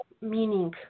meaning